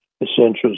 essentials